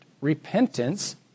repentance